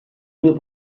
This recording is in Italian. due